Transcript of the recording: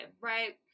right